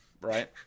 right